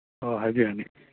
ꯑꯣ ꯍꯥꯏꯕꯤꯌꯨ ꯍꯥꯏꯕꯤꯌꯨ